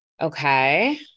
Okay